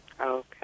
Okay